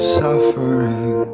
suffering